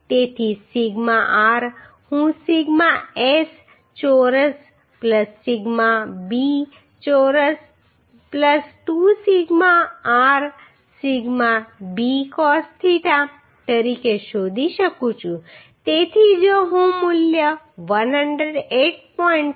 તેથી sigma r હું sigma s ચોરસ સિગ્મા b ચોરસ 2 sigma r sigma b cos theta તરીકે શોધી શકું છું તેથી જો હું મૂલ્ય 108